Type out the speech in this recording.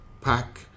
Pack